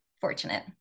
fortunate